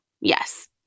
yes